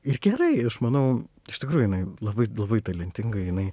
ir gerai aš manau iš tikrųjų jinai labai labai talentinga jinai